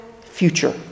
future